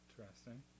Interesting